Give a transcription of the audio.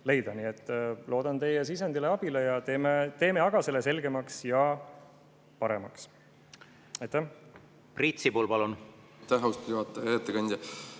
loodan teie sisendile, abile ja teeme selle selgemaks ja paremaks.